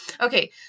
Okay